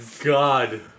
God